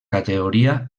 categoria